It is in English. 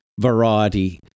variety –